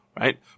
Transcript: right